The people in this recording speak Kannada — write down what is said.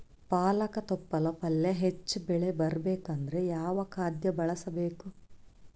ಪಾಲಕ ತೊಪಲ ಪಲ್ಯ ಹೆಚ್ಚ ಬೆಳಿ ಬರಬೇಕು ಅಂದರ ಯಾವ ಖಾದ್ಯ ಬಳಸಬೇಕು?